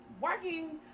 working